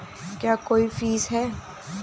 क्या कोई फीस है?